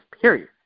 Period